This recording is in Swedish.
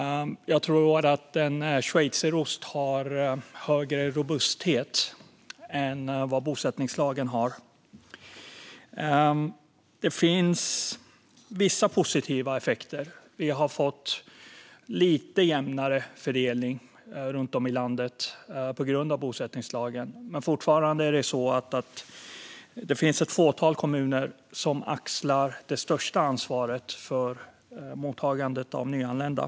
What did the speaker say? Jag tror att en schweizerost är mer robust än vad bosättningslagen är. Det finns vissa positiva effekter, till exempel att det har blivit lite jämnare fördelning runt om i landet tack vare bosättningslagen. Men fortfarande finns ett fåtal kommuner som axlar det största ansvaret för mottagandet av nyanlända.